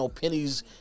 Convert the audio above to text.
pennies